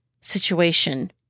situation